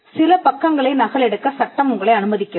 சில பக்கங்களை நகலெடுக்க சட்டம் உங்களை அனுமதிக்கிறது